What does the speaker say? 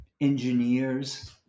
engineers